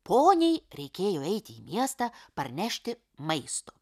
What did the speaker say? poniai reikėjo eiti į miestą parnešti maisto